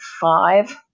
five